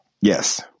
Yes